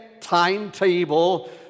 timetable